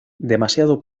demasiado